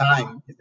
time